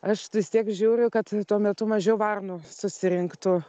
aš vis tiek žiūriu kad tuo metu mažiau varnų susirinktų